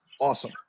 Awesome